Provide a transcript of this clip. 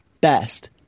Best